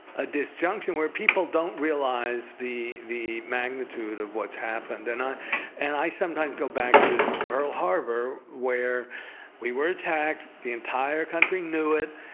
ah disjunction where people don't realize the the magnitude of what's happened, and i and i sometimes go back to pearl harbor, where we were attacked, the entire country knew it,